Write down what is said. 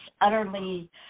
utterly